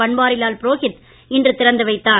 பன்வாரிலால் புரோஹித் இன்று திறந்து வைத்தார்